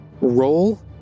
roll